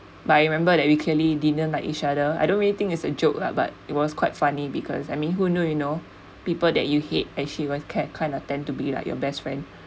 but I remember that we clearly didn't like each other I don't really think it's a joke lah but it was quite funny because I mean who knows you know people that you hate actually were care kind of tend to be like your best friend